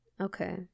Okay